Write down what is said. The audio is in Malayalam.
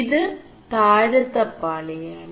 ഇത് താഴെø പാളിയാണ്